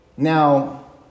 Now